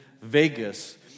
Vegas